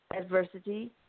adversity